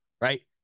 right